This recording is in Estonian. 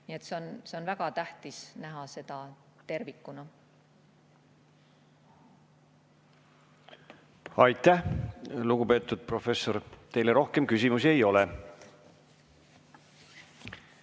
et on väga tähtis näha seda tervikuna. Aitäh, lugupeetud professor! Teile rohkem küsimusi ei ole.